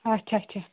اَچھا اَچھا